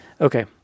Okay